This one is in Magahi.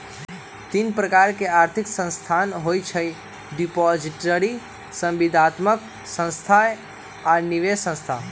तीन प्रकार के आर्थिक संस्थान होइ छइ डिपॉजिटरी, संविदात्मक संस्था आऽ निवेश संस्थान